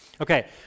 Okay